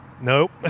Nope